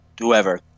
whoever